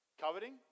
Coveting